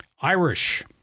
Irish